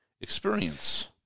experience